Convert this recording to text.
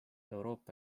euroopa